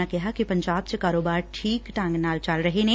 ਉਨ੍ਹਾਂ ਕਿਹਾ ਕਿ ਪੰਜਾਬ ਚ ਕਾਰੋਬਾਰ ਠੀਕ ਢੰਗ ਨਾਲ ਚੱਲ ਰਹੇ ਨੇ